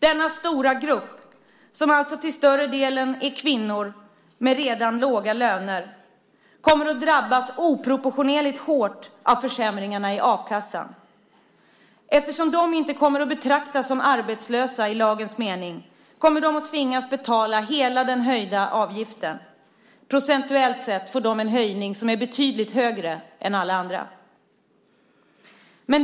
Denna stora grupp, som alltså till större delen är kvinnor med redan låga löner, kommer att drabbas oproportionerligt hårt av försämringarna i a-kassan. Eftersom de inte kommer att betraktas som arbetslösa i lagens mening kommer de att tvingas betala hela den höjda avgiften. Procentuellt sett får de en höjning som är betydligt högre än alla andras.